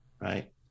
right